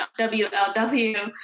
WLW